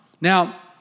Now